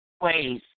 ways